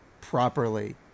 properly